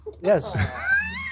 Yes